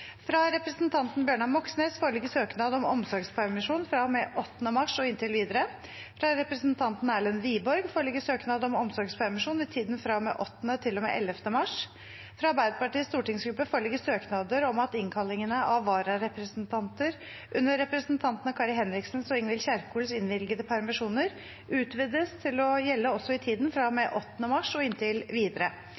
Fra representanten Bjørnar Moxnes foreligger søknad om omsorgspermisjon fra og med 8. mars og inntil videre. Fra representanten Erlend Wiborg foreligger søknad om omsorgspermisjon i tiden fra og med 8. mars til og med 11. mars. Fra Arbeiderpartiets stortingsgruppe foreligger søknader om at innkallingene av vararepresentanter under representantene Kari Henriksens og Ingvild Kjerkols innvilgede permisjoner utvides til å gjelde også i tiden